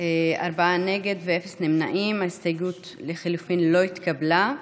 שמחה רוטמן ויואב קיש לסעיף 1 לא נתקבלה.